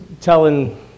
telling